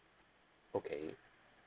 okay